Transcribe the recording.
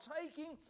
taking